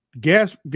gas